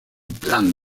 plan